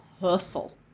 hustle